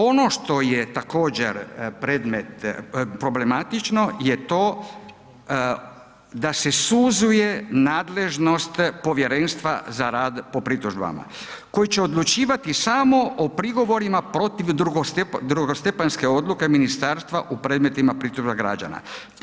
Ono što je također problematično je to da se suzuje nadležnost povjerenstva za rad po pritužbama koje će odlučivati samo o prigovorima protiv drugostupanjske odluke ministarstva u predmetima pritužba građana.